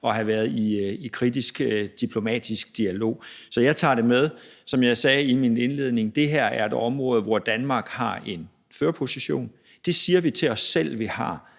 og have været i kritisk diplomatisk dialog. Så jeg tager det med. Som jeg sagde i min indledning: Det her er et område, hvor Danmark har en førerposition. Det siger vi til os selv vi har.